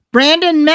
Brandon